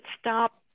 stop